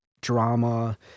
drama